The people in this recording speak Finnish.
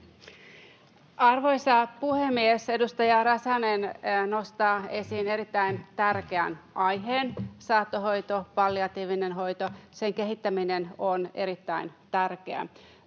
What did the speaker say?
Arvoisa puhemies! Edustaja Räsänen nostaa esiin erittäin tärkeän aiheen. Saattohoito, palliatiivinen hoito, niiden kehittäminen on erittäin tärkeää.